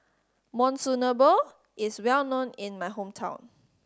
monsunabe is well known in my hometown